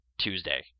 Tuesday